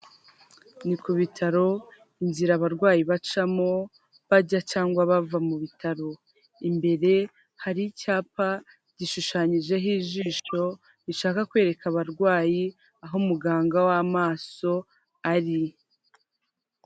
Ni ku bitaro, inzira abarwayi bacamo bajya cyangwa bava mu bitaro, imbere hari icyapa gishushanyijeho ijisho rishaka kwereka abarwayi, aho umuganga w'amaso ari.